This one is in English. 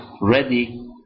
ready